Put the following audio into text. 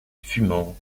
fumant